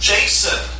Jason